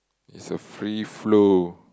it's a free flow